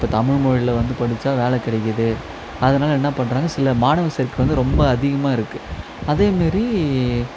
இப்போ தமிழ்மொழியில் வந்து படிச்சா வேலை கிடைக்குது அதனால் என்ன பண்ணுறாங்க சில மாணவ சேர்க்க ரொம்ப அதிகமாக இருக்குது அதேமாரி